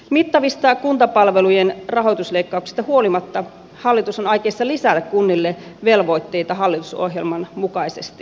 mittavista kuntapalvelujen rahoitusleikkauksista huolimatta hallitus on aikeissa lisätä kunnille velvoitteita hallitusohjelman mukaisesti